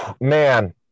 man